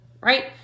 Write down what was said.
right